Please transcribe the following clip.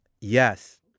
Yes